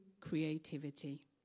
creativity